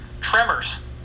tremors